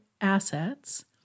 assets